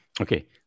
Okay